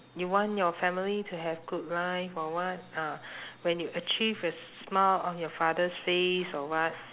you want your family to have good life or what uh when you achieve a smile on your father's face or what